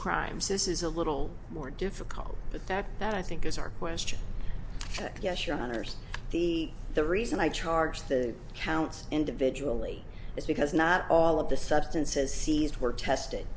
crimes this is a little more difficult but that that i think is our question yes your honour's the the reason i charge the counts individually is because not all of the substances seized were tested